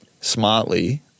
smartly